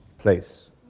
place